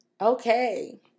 Okay